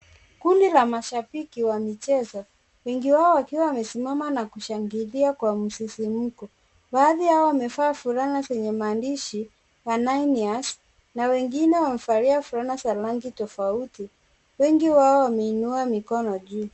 Kundi la mashabiki wa michezo, wengi wao wakiwa wamesimama na kushangilia kwa msisimuko, baadhi yao wamevaa fulana zenye maandishi ananias na wengine wamevalia fulana za rangi tofauti, wengi wao wameinua mikono juu.